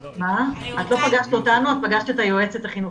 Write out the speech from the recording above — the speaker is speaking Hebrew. את לא פגשת אותנו, פגשת את היועצת החינוכית.